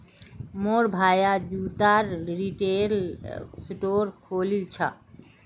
मोर भाया जूतार रिटेल स्टोर खोलील छ